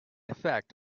effect